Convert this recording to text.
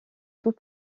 tout